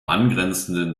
angrenzenden